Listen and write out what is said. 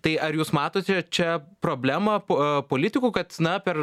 tai ar jūs matote čia problemą po politikų kad na per